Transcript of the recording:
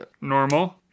Normal